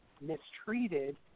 mistreated